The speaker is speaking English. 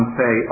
say